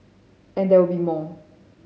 and there will be more